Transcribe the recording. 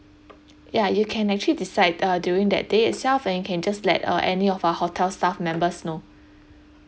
ya you can actually decide uh during that day itself and you can just let uh any of our hotel staff members know